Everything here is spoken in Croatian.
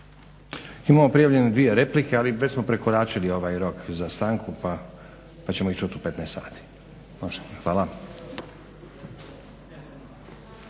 Imamo prijavljene dvije replike ali smo prekoračili ovaj rok za stanku, pa ćemo ići u 15 sati. Hvala.